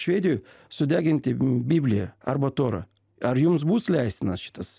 švedijoj sudeginti bibliją arba torą ar jums bus leistinas šitas